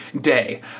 day